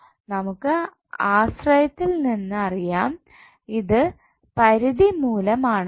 നമുക്ക് ആശ്രയത്തിൽ നിന്ന് അറിയാം ഇത് പരിധി മൂല്യംആണെന്ന്